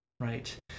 right